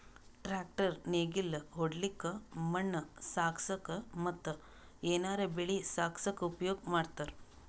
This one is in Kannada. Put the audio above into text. ಟ್ರ್ಯಾಕ್ಟರ್ ನೇಗಿಲ್ ಹೊಡ್ಲಿಕ್ಕ್ ಮಣ್ಣ್ ಸಾಗಸಕ್ಕ ಮತ್ತ್ ಏನರೆ ಬೆಳಿ ಸಾಗಸಕ್ಕ್ ಉಪಯೋಗ್ ಮಾಡ್ತಾರ್